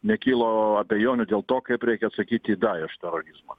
nekilo abejonių dėl to kaip reikia atsakyt į daješ terorizmą